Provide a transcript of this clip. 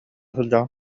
сылдьаҕын